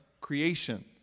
creation